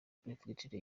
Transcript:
perefegitura